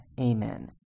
Amen